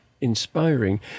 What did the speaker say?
inspiring